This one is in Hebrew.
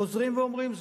חוזרים ואומרים זאת,